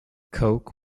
koch